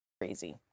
crazy